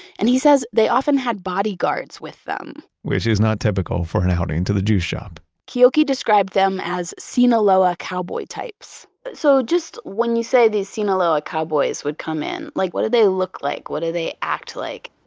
and he says they often had bodyguards with them which is not typical for an outing to the juice shop keoki described them as sinaloa cowboy types. so when you say these sinaloa cowboys would come in, like what did they look like? what did they act like?